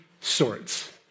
sorts